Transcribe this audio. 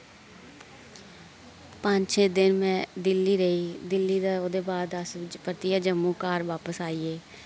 पंज छे दिन मैं दिल्ली रेही दिल्ली दा ओह्दे बाद अस परतियै जम्मू घर वापस आइये